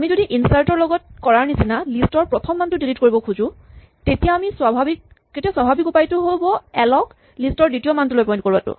আমি যদি ইনচাৰ্ট ৰ লগত কৰাৰ নিচিনাকৈ লিষ্ট ৰ প্ৰথম মানটো ডিলিট কৰিব খোজো তেতিয়া স্বাভাৱিক উপায়টো হ'ব এল ক লিষ্ট ৰ দ্বিতীয় মানটোলৈ পইন্ট কৰোৱাটো